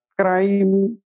crime